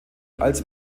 als